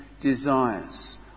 desires